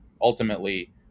ultimately